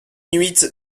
huit